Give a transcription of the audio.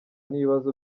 n’ibibazo